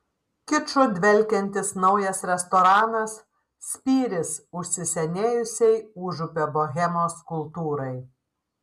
kiču dvelkiantis naujas restoranas spyris užsisenėjusiai užupio bohemos kultūrai